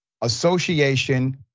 Association